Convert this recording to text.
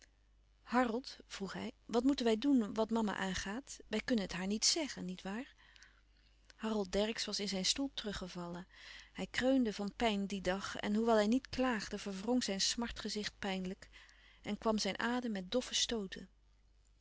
harold vroeg hij wat moeten wij doen wat mama aangaat wij kunnen het haar niet zeggen niet waar harold dercksz was in zijn stoel terug gevallen hij kreunde van pijn dien dag en hoewel hij niet klaagde verwrong zijn smartgezicht pijnlijk en kwam zijn adem met doffe stooten